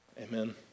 Amen